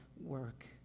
work